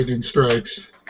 strikes